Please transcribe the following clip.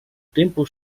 tempo